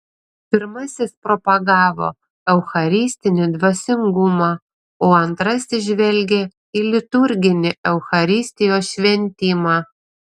pirmasis propagavo eucharistinį dvasingumą o antrasis žvelgė į liturginį eucharistijos šventimą